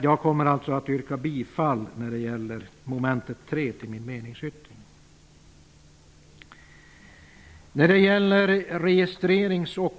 Jag kommer alltså att yrka bifall till min meningsyttring när det gäller mom. 3.